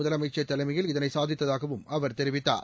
முதலமைச்சர் தலைமையில் இதனை சாதித்ததாகவும் அவர் தெரிவித்தார்